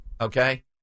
okay